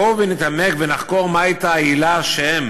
בואו נתעמק ונחקור מה הייתה העילה להחלטתם